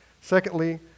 Secondly